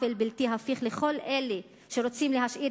עוול בלתי הפיך לכל אלה שרוצים להשאיר